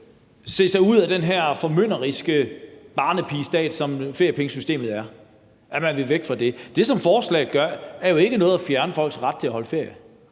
se sig ud af den her formynderiske barnepigestat, som feriepengesystemet er, altså at man ville væk fra det. Det, som forslaget gør, er jo ikke at fjerne folks ret til at holde ferie;